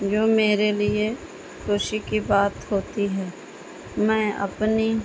جو میرے لیے خوشی کی بات ہوتی ہے میں اپنی